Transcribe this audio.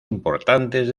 importantes